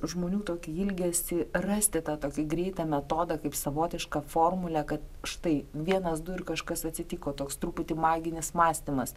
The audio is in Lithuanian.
žmonių tokį ilgesį rasti tą tokį greitą metodą kaip savotišką formulę kad štai vienas du ir kažkas atsitiko toks truputį maginis mąstymas